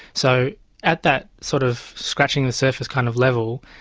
so at that sort of scratching the surface kind of level,